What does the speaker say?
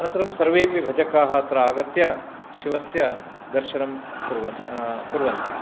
अनन्तरं सर्वेऽपि भजकाः अत्र आगत्य शिवस्य दर्शनं कुर्व कुर्वन्ति